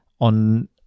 on